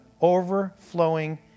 overflowing